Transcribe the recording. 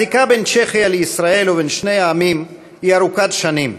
הקשר בין צ'כיה לישראל ובין שני העמים הוא ארוך-שנים.